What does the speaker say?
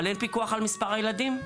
אבל אין פיקוח על מספר הילדים,